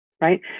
right